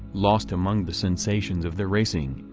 lost among the sensations of the racing,